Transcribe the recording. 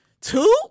Two